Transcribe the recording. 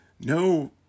no